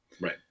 Right